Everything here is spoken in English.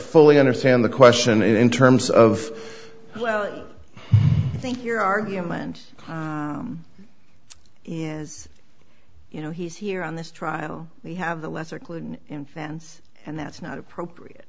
fully understand the question in terms of well i think your argument and as you know he's here on this trial we have the lesser included in fans and that's not appropriate